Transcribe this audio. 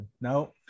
no